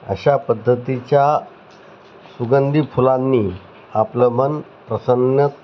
अशा पद्धतीच्या सुगंधी फुलांनी आपलं मन प्रसन्नच